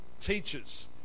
Teachers